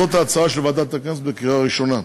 זאת ההצעה של ועדת הכנסת לקריאה הראשונה.